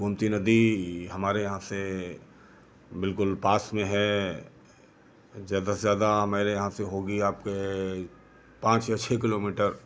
गोमती नदी हमारे यहाँ से बिल्कुल पास में है ज़्यादा से ज़्यादा हमारे यहाँ से होगी आपके पांच या छः किलोमीटर